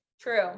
True